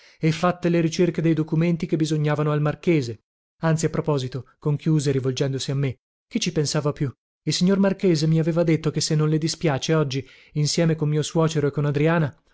e fatte le ricerche dei documenti che bisognavano al marchese anzi a proposito conchiuse rivolgendosi a me chi ci pensava più il signor marchese mi aveva detto che se non le dispiace oggi insieme con mio suocero e con adriana